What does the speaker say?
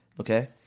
okay